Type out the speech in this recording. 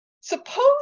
Suppose